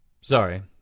Sorry